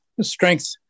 Strength